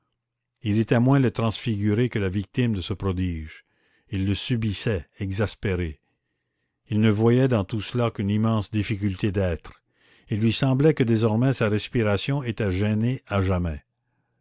il était moins le transfiguré que la victime de ce prodige il le subissait exaspéré il ne voyait dans tout cela qu'une immense difficulté d'être il lui semblait que désormais sa respiration était gênée à jamais